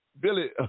Billy